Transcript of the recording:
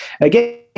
again